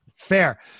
Fair